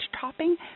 Topping